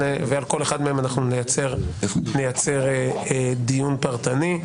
ועל כל אחד מהם נייצר דיון פרטני.